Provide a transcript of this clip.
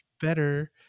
better